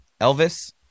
Elvis